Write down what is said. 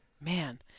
Man